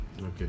Okay